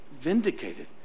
vindicated